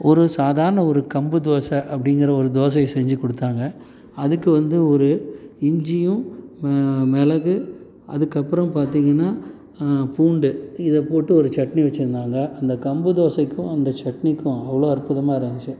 ஒரு சாதாரண ஒரு கம்பு தோசை அப்படிங்கிற ஒரு தோசை செஞ்சிக்கொடுத்தாங்க அதுக்கு வந்து ஒரு இஞ்சியும் மிளகு அதுக்கப்பறம் பார்த்தீங்கன்னா பூண்டு இதை போட்டு ஒரு சட்னி வச்சிருந்தாங்க அந்த கம்பு தோசைக்கும் அந்த சட்னிக்கும் அவ்வளோ அற்புதமாக இருந்துச்சி